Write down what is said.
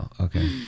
Okay